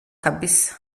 kabisa